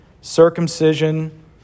circumcision